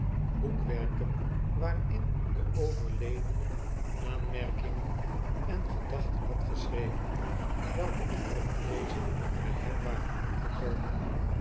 hadden boekwerken waarin de overledene aanmerkingen en gedachten had geschreven welke onder het lezen by hem waren opgekorrien